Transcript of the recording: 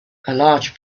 large